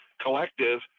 collective